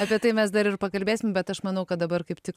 apie tai mes dar ir pakalbėsim bet aš manau kad dabar kaip tik